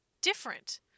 different